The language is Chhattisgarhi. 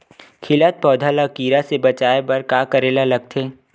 खिलत पौधा ल कीरा से बचाय बर का करेला लगथे?